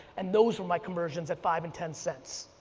and those are my conversions at five and ten cents.